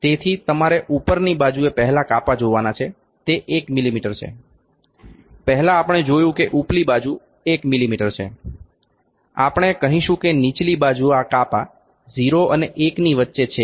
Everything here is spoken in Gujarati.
તેથી તમારે ઉપરની બાજુએ પહેલા કાપા જોવાના છે તે 1 મીમી છે પહેલા આપણે જોયુ કે ઉપલી બાજુ 1 મીમી છે આપણે કહીશું કે નીચલી બાજુ આ કાપા 0 અને 1 ની વચ્ચે છે જે 0